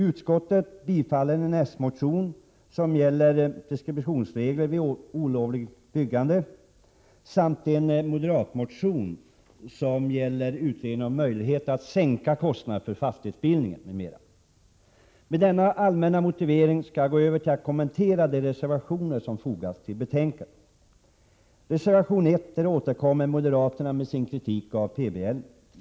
Utskottet tillstyrker en s-motion om preskriptionsreglerna vid olovligt byggande samt en moderatmotion som gäller utredning om möjligheterna att sänka kostnaderna för fastighetsbildning m.m. Med denna allmänna motivering skall jag gå över till att kommentera de reservationer som har fogats till betänkandet. I reservation 1 återkommer moderaterna med sin kritik av PBL.